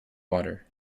water